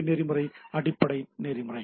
B நெறிமுறை அடிப்படை நெறிமுறை